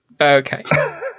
okay